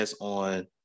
on